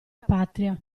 patria